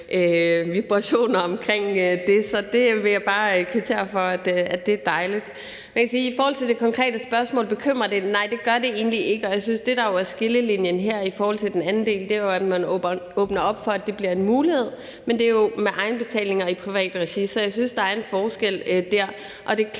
vibrationer omkring det. Så det vil jeg bare kvittere for; det er dejligt. I forhold til det konkrete spørgsmål, og om det bekymrer mig, vil jeg sige, at nej, det gør det egentlig ikke. Jeg synes, at det, der jo er skillelinjen her i forhold til den anden del, er, at man åbner op for, at det bliver en mulighed, men det er jo med egenbetaling og i privat regi, så jeg synes, der er en forskel der. Det er klart,